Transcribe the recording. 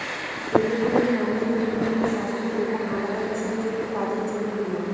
প্রতিবন্ধী মানুষদের বিভিন্ন সাস্থ্য এবং আলাদা বিষয় যুক্ত কাজের জন্য বীমা